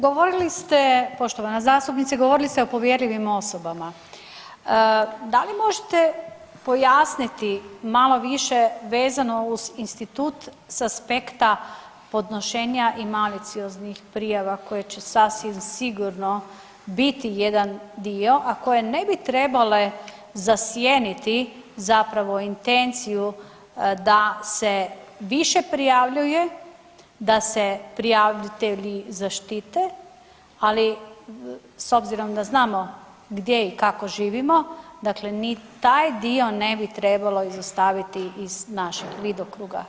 Govorili ste, poštovana zastupnice, govorili ste o povjerljivim osobama, da li možete pojasniti malo više vezano uz institut s aspekta podnošenja i malicioznih prijava koje će sasvim sigurno biti jedan dio, a koje ne bi trebale zasjeniti zapravo intenciju da se više prijavljuje, da se prijavitelji zaštite, ali s obzirom da znamo gdje i kako živimo dakle ni taj dio ne bi trebalo izostaviti iz našeg vidokruga.